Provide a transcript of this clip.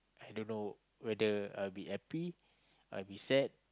I don't know whether I'll be happy I'll be sad